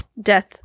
death